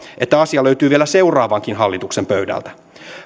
että asia löytyy vielä seuraavankin hallituksen pöydältä